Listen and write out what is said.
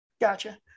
Gotcha